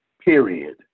period